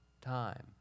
time